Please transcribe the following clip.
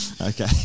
Okay